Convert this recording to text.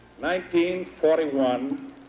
1941